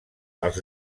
els